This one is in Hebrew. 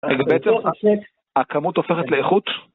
בעצם הכמות הופכת לאיכות.